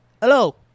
hello